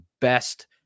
best